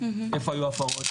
איפה היו ההפרות,